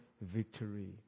victory